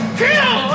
kill